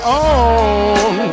on